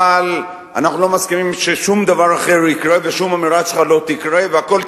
אבל אנחנו לא מסכימים ששום דבר אחר יקרה ושום אמירה שלך לא תקרה והכול.